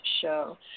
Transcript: show